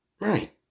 right